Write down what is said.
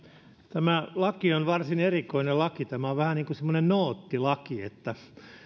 tämä laki on varsin erikoinen laki tämä on vähän niin kuin semmoinen noottilaki että